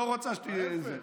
לא רוצה שתהיה עם זה.